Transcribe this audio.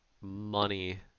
money